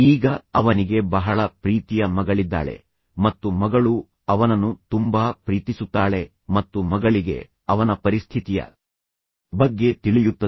ಈಗ ಅವನಿಗೆ ಬಹಳ ಪ್ರೀತಿಯ ಮಗಳಿದ್ದಾಳೆ ಮತ್ತು ಮಗಳು ಅವನನ್ನು ತುಂಬಾ ಪ್ರೀತಿಸುತ್ತಾಳೆ ಮತ್ತು ಮಗಳಿಗೆ ಅವನ ಪರಿಸ್ಥಿತಿಯ ಬಗ್ಗೆ ತಿಳಿಯುತ್ತದೆ